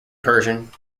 persian